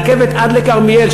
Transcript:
רכבת עד לכרמיאל,